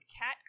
cat